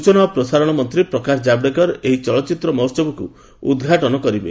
ସୂଚନା ଓ ପ୍ରସାରଣ ମନ୍ତ୍ରୀ ପ୍ରକାଶ ଜାଭଡେକର ଏହି ଚଳଚ୍ଚିତ୍ର ମହୋତ୍ସବକୁ ଉଦ୍ଘାଟନ କରିବେ